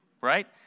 right